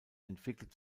entwickelt